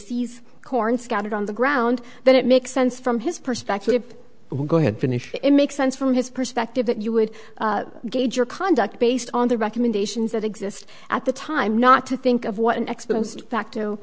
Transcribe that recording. sees corn scattered on the ground then it makes sense from his perspective go ahead finish it makes sense from his perspective that you would gauge your conduct based on the recommendations that exist at the time not to think of what an ex